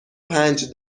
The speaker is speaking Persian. پنج